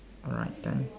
alright thanks